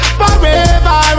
forever